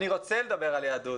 אני רוצה לדבר על יהדות.